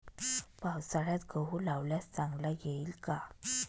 पावसाळ्यात गहू लावल्यास चांगला येईल का?